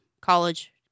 college